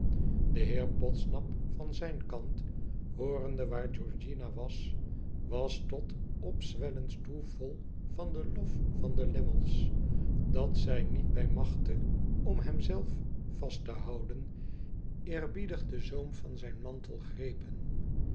de heer podsnap van zijn kant hoorende waar georgiana was was tot opzwellens toe vol van den lof van de lammle s dat zij niet bij machte om hem zelf vast te houden eerbiedig den zoom van zijn mantel grepen